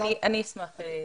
אני אשמח להתייחס.